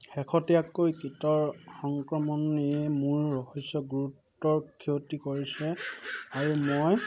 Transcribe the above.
শেহতীয়াকৈ কীটৰ সংক্ৰমণে মোৰ শস্যৰ গুৰুতৰ ক্ষতি কৰিছে আৰু মই